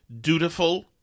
dutiful